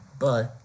Bye